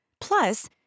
Plus